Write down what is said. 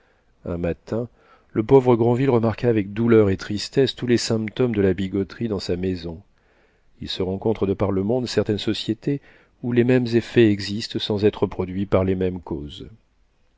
un matin le pauvre granville remarqua avec douleur et tristesse tous les symptômes de la bigoterie dans sa maison il se rencontre de par le monde certaines sociétés où les mêmes effets existent sans être produits par les mêmes causes